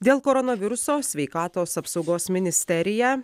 dėl koronaviruso sveikatos apsaugos ministerija